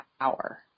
power